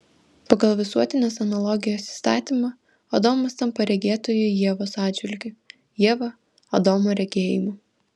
pagal visuotinės analogijos įstatymą adomas tampa regėtoju ievos atžvilgiu ieva adomo regėjimu